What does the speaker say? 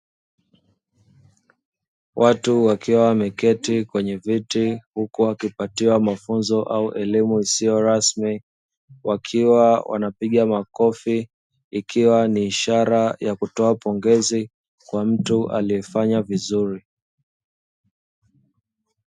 Watu wakiwa wameketi kwenye viti huku wakipatiwa mafunzo au elimu isiyo rasmi, wakiwa wanapiga makofi ikiwa ni ishara ya kutoa pongezi kwa mtu aliyefanya vizuri.